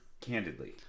candidly